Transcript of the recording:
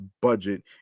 budget